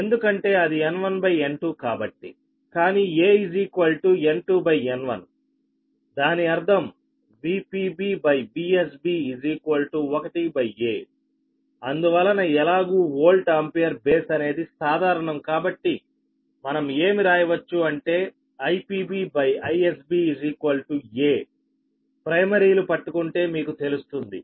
ఎందుకంటే అది N1N2 కాబట్టి కానీ a N2N1 దాని అర్థం VpB VsB 1a అందువలన ఎలాగూ వోల్ట్ ఆంపియర్ బేస్ అనేది సాధారణం కాబట్టి మనం ఏమి రాయవచ్చు అంటే IpB IsB a ప్రైమరీలు పట్టుకుంటే మీకు తెలుస్తుంది